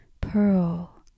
pearl